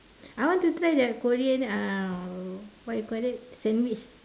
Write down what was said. I want to try the Korean uh what you call that sandwich